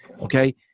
Okay